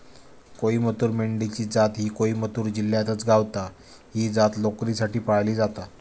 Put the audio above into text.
कोईमतूर मेंढी ची जात ही कोईमतूर जिल्ह्यातच गावता, ही जात लोकरीसाठी पाळली जाता